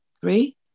Three